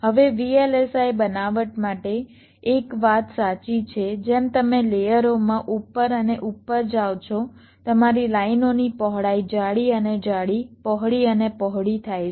હવે VLSI બનાવટ માટે એક વાત સાચી છે જેમ તમે લેયરોમાં ઉપર અને ઉપર જાવ છો તમારી લાઇનોની પહોળાઈ જાડી અને જાડી પહોળી અને પહોળી થાય છે